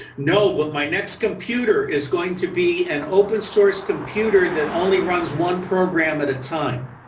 no, but my next computer is going to be an open source computer that only runs one program at a time.